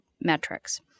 metrics